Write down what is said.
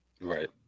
right